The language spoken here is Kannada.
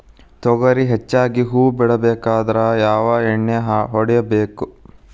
ತೊಗರಿ ಹೆಚ್ಚಿಗಿ ಹೂವ ಬಿಡಬೇಕಾದ್ರ ಯಾವ ಎಣ್ಣಿ ಹೊಡಿಬೇಕು?